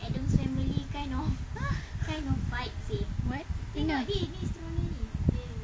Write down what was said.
!huh! what